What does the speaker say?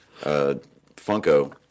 Funko